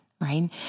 right